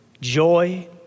joy